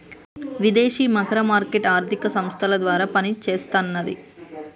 విదేశీ మారక మార్కెట్ ఆర్థిక సంస్థల ద్వారా పనిచేస్తన్నది